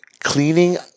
Cleaning